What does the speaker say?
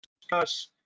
discuss